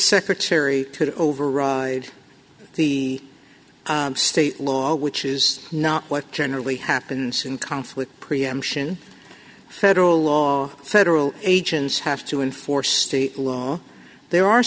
secretary could override the state law which is not what generally happens in conflict preemption federal law federal agents have to enforce the law there are